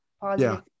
positive